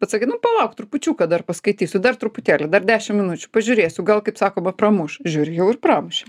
bet sakai palauk trupučiuką dar paskaitysiu dar truputėlį dar dešim minučių pažiūrėsiu gal kaip sakoma pramuš žiūri jau ir pramušė